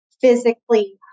physically